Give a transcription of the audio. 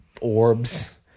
orbs